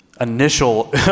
initial